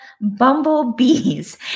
bumblebees